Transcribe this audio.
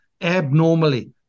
abnormally